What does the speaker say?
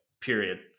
period